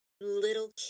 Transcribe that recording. little